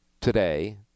today